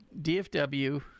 DFW